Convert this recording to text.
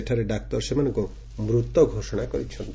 ସେଠାରେ ଡାକ୍ତର ସେମାନଙ୍କୁ ମୃତ ଘୋଷଣା କରିଛନ୍ତି